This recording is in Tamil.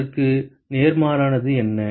அதற்கு நேர்மாறானது என்ன